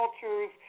cultures